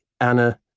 Anna